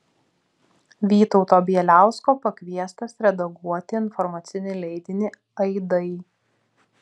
vytauto bieliausko pakviestas redaguoti informacinį leidinį aidai